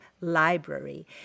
library